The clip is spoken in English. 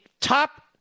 top